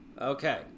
Okay